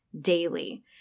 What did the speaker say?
daily